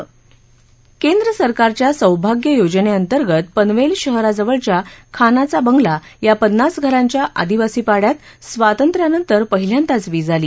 ground report Saubhagya योजना केंद्र सरकारच्या सौभाग्य योजनेअंतर्गत पनवेल शहराजवळच्या खानाचा बंगला या पन्नास घरांच्या आदिवासी पाड्यात स्वातंत्र्यानंतर पहिल्यांदाच वीज आली